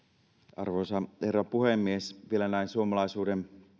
arvoisa herra puhemies näin suomalaisuuden